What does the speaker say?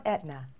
Etna